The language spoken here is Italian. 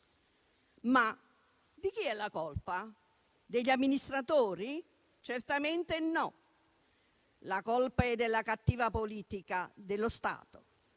Ma di chi è la colpa? Degli amministratori? Certamente no. La colpa è della cattiva politica dello Stato.